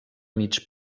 mig